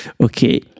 okay